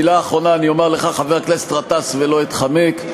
מילה אחרונה אומר לך, חבר הכנסת גטאס, ולא אתחמק.